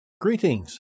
Greetings